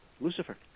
lucifer